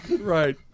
right